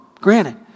granted